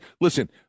listen